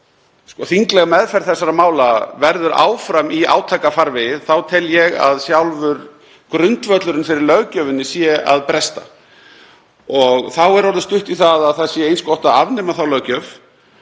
Ef þingleg meðferð þessara mála verður áfram í átakafarvegi þá tel ég að sjálfur grundvöllurinn fyrir löggjöfinni sé að bresta og þá er orðið stutt í að það sé eins gott að afnema þá löggjöf